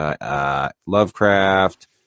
Lovecraft